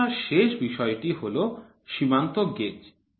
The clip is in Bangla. আলোচনার শেষ বিষয়টি হল সীমান্ত গেজ